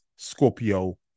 Scorpio